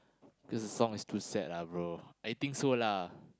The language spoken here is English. cause the song is too sad lah bro I think so lah